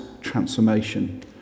transformation